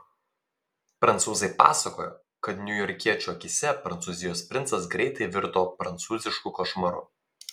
prancūzai pasakojo kad niujorkiečių akyse prancūzijos princas greitai virto prancūzišku košmaru